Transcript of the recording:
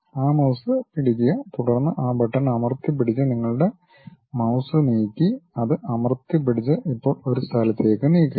ആ മൌസ് പിടിക്കുക തുടർന്ന് ആ ബട്ടൺ അമർത്തിപ്പിടിച്ച് നിങ്ങളുടെ മൌസ് നീക്കി അത് അമർത്തിപ്പിടിച്ച് ഇപ്പോൾ ഒരു സ്ഥലത്തേക്ക് നീക്കുക